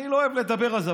אני לא אוהב לדבר על זה,